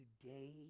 Today